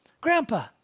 Grandpa